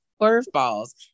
curveballs